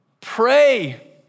pray